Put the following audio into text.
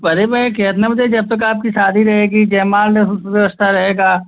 पहले मैं कितने बजे जब तक आपकी शादी रहेगी जयमाला व्यवस्था रहेगा